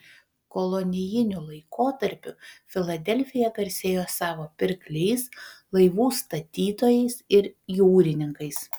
kolonijiniu laikotarpiu filadelfija garsėjo savo pirkliais laivų statytojais ir jūrininkais